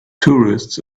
tourists